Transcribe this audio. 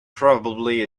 probably